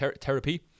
Therapy